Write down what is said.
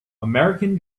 american